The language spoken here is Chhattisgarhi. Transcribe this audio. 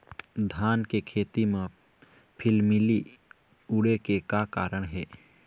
धान के खेती म फिलफिली उड़े के का कारण हे?